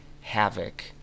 havoc